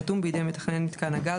חתום בידי מתכנן מיתקן הגז,